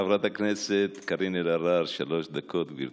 חברת הכנסת קארין אלהרר, שלוש דקות, גברתי.